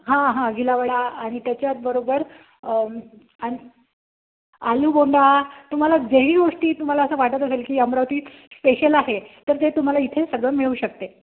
हां हां गिलावडा आणि त्याच्याचबरोबर आलूगोंडा तुम्हाला जेही गोष्टी तुम्हाला असं वाटत असेल की अमरावतीत स्पेशल आहे तर ते तुम्हाला इथे सगळं मिळू शकते